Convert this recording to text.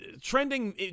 Trending